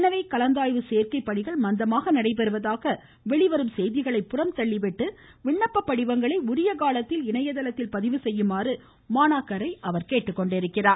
எனவே கலந்தாய்வு சேர்க்கைப் பணிகள் மந்தமாக நடைபெறுவதாக வெளிவரும் செய்திகளை புறந்தள்ளிவிட்டு விண்ணப்பப் படிவங்களை உரியகாலத்தில் இணையத்தில் பதிவு செய்யுமாறு மாணாக்கரை அவர் கேட்டுக் கொண்டிருக்கிறார்